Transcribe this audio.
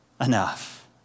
enough